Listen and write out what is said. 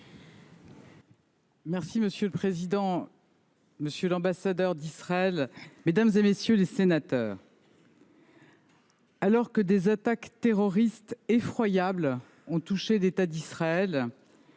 Monsieur le président, monsieur l’ambassadeur d’Israël, mesdames, messieurs les sénateurs, alors que des attaques terroristes effroyables ont touché l’État d’Israël,